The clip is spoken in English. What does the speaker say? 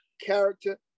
character